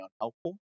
unhelpful